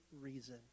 reason